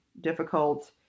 difficult